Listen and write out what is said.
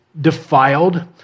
defiled